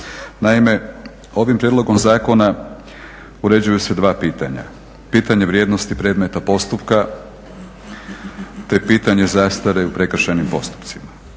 Naime, ovim prijedlogom zakona uređuju se dva pitanja. Pitanje vrijednosti predmeta postupka te pitanje zastare u prekršajnim postupcima.